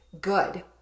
good